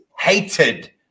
hated